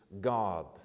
God